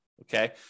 okay